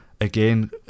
again